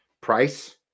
price